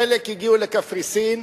חלק הגיעו לקפריסין,